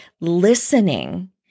listening